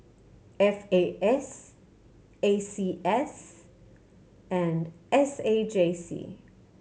F A S A C S and S A J C